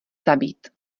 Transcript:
zabít